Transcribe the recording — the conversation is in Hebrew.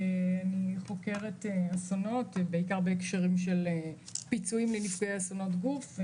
אני חוקרת אסונות בעיקר בהקשרים של פיצויים לנפגעי אסונות גוף.